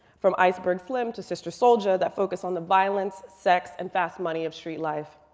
from iceberg slim to sister souljah that focus on the violence, sex, and fast money of street life,